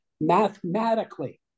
mathematically